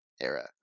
era